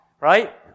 right